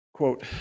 Quote